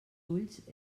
ulls